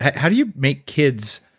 how do you make kids